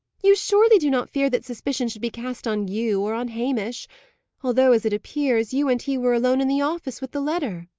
you surely do not fear that suspicion should be cast on you, or on hamish although, as it appears, you and he were alone in the office with the letter?